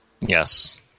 Yes